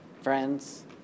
friends